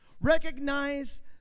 recognize